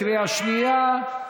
קריאה שנייה.